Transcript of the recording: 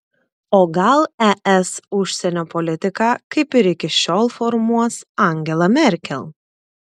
o gal es užsienio politiką kaip ir iki šiol formuos angela merkel